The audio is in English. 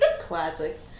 Classic